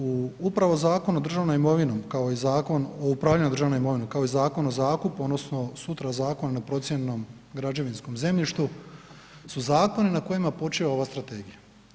Upravo Zakon o državnom imovinom, kao i Zakon o upravljanju državnom imovinom, kao i Zakon o zakupu odnosno sutra Zakon na procijenjenom građevinskom zemljištu, su zakoni na kojima počiva ova strategija.